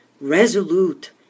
resolute